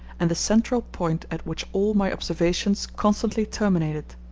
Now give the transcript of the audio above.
and the central point at which all my observations constantly terminated.